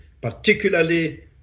particularly